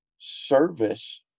service